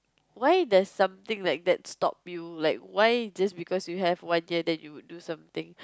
why does something like that stop you like why just because you have one year then you would do something